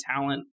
talent